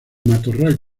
matorral